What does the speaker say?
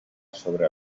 sobre